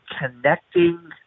connecting